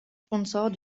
sponsors